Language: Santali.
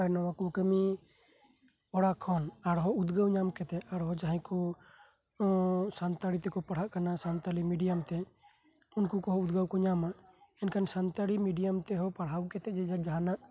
ᱟᱨ ᱱᱚᱣᱟ ᱠᱚ ᱠᱟᱹᱢᱤ ᱚᱲᱟᱜ ᱠᱷᱚᱱ ᱟᱨᱦᱚᱸ ᱩᱫᱽᱜᱟᱹᱣ ᱧᱟᱢ ᱠᱟᱛᱮ ᱡᱟᱦᱟᱸᱭ ᱠᱚ ᱥᱟᱱᱛᱟᱲᱤ ᱛᱮᱠᱚ ᱯᱟᱲᱦᱟᱜ ᱠᱟᱱᱟ ᱥᱟᱱᱛᱟᱞᱤ ᱢᱤᱰᱤᱭᱟᱢ ᱛᱮ ᱩᱱᱠᱩ ᱦᱚᱸ ᱩᱫᱽᱜᱟᱹᱣ ᱠᱚ ᱧᱟᱢᱟ ᱮᱱᱠᱷᱟᱱ ᱥᱟᱱᱛᱟᱞᱤ ᱢᱤᱰᱤᱭᱟᱢ ᱛᱮᱦᱚᱸ ᱯᱟᱲᱦᱟᱣ ᱠᱟᱛᱮ ᱡᱮ ᱡᱟᱦᱟᱸᱱᱟᱜ